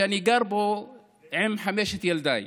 שאני גר בו עם חמשת ילדיי,